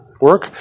work